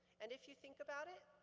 and if you think about it,